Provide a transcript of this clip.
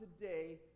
today